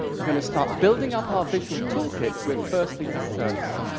we're gonna start building up our visual tool kit with, firstly, a circle.